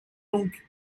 donc